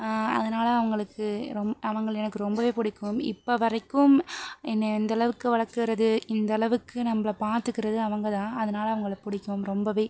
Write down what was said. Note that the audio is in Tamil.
அதனால் அவங்களுக்கு ரொம் அவங்களை எனக்கு ரொம்பவே பிடிக்கும் இப்போ வரைக்கும் என்னை இந்தளவுக்கு வளர்க்கறது இந்தளவுக்கு நம்பளை பார்த்துக்கறது அவங்கதான் அதனால் அவங்களை பிடிக்கும் ரொம்பவே